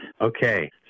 Okay